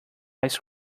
ice